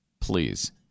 please